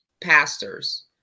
pastors